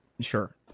sure